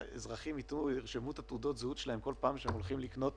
שאזרחים ירשמו את תעודות הזהות שלהם כל פעם שהם הולכים לקנות